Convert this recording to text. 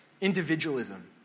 Individualism